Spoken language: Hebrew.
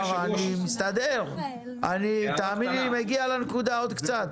אני מגיע לנקודה עוד קצת.